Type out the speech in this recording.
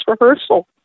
rehearsal